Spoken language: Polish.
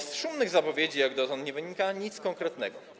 Z szumnych zapowiedzi nie wynika nic konkretnego.